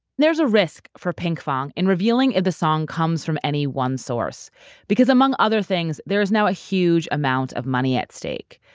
there's a risk for pinkfong in revealing if the song comes from any one source because, among other things, there is now a huge amount of money at stake.